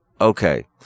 okay